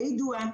ביידוע,